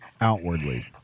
outwardly